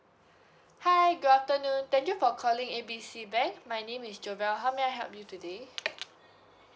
hi good afternoon thank you for calling A B C bank my name is jovelle how may I help you today